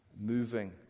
moving